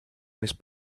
més